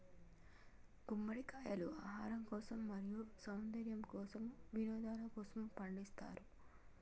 గుమ్మడికాయలు ఆహారం కోసం, మరియు సౌందర్యము కోసం, వినోదలకోసము పండిస్తారు